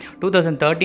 2013